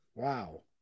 wow